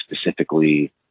specifically